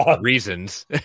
reasons